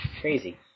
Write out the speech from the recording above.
Crazy